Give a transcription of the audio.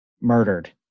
Murdered